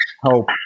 help